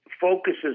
focuses